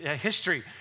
history